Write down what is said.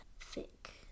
Thick